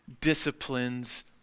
disciplines